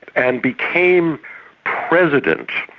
and became president,